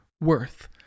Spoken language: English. worth